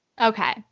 Okay